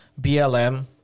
blm